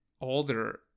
older